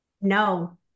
No